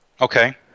Okay